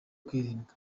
kwirindwa